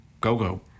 go-go